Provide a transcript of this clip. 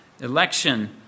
election